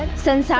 send so